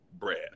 bread